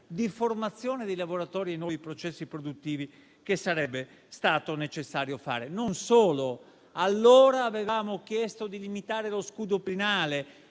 di formazione dei lavoratori ai nuovi processi produttivi che sarebbe stato necessario fare. Non solo. Allora avevamo chiesto di limitare lo scudo penale,